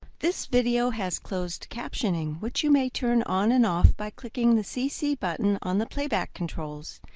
this video has closed captioning which you may turn on and off by clicking the cc button on the playback controls.